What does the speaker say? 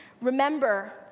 Remember